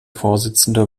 vorsitzende